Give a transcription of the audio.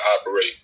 operate